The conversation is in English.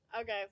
okay